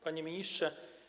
Panie Ministrze!